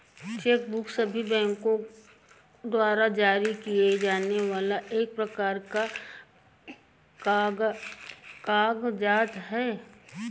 check book सभी बैंको द्वारा जारी किए जाने वाला एक प्रकार का कागज़ात है